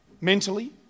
mentally